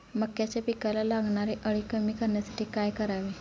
मक्याच्या पिकाला लागणारी अळी कमी करण्यासाठी काय करावे?